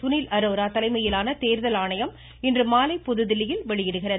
சுனில் அரோரா தலைமையிலான தேர்தல் ஆணையம் இன்றுமாலை புதுதில்லியில் வெளியிடுகிறது